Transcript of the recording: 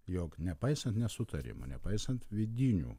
jog nepaisant nesutarimų nepaisant vidinių